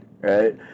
right